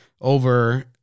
over